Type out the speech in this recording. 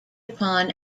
upon